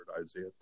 Isaiah